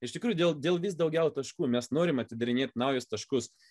iš tikrųjų dėl dėl vis daugiau taškų mes norim atidarinėt naujus taškus